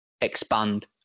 expand